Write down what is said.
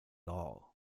all